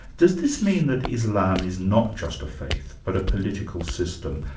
does this mean that islam is not just a faith, but a political system,